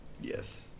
Yes